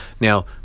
now